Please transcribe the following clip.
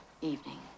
evening